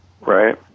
Right